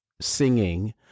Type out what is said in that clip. singing